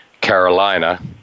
Carolina